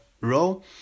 row